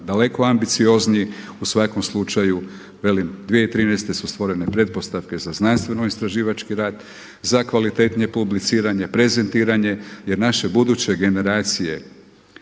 daleko ambiciozni. U svakom slučaju velim, 2013. su stvorene pretpostavke za znanstveno istraživački rad, za kvalitetnije publiciranje, prezentiranje jer naše buduće generacije,